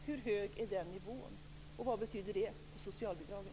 Hur hög är den nivån och vad betyder det för socialbidragen?